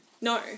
No